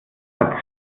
satz